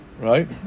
right